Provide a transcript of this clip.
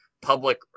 public